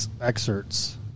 excerpts